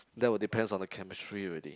that will depends on the chemistry already